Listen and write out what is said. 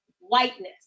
whiteness